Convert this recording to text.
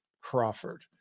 Crawford